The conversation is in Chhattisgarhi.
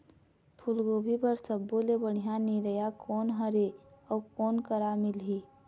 फूलगोभी बर सब्बो ले बढ़िया निरैया कोन हर ये अउ कोन करा मिलही?